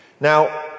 Now